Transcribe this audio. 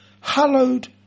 hallowed